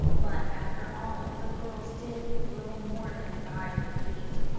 but, after all, the girls did little more than guide her feet,